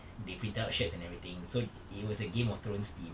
they printed out shirts and everything so it was a game of thrones theme